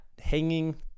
hanging